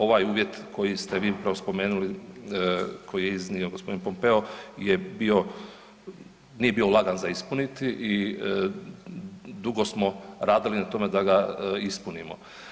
Ovaj uvjet koji ste vi upravo spomenuli koji je iznio gospodin Ponpeo je bio, nije bio lagan za ispuniti i dugo smo radili na tome da ga ispunimo.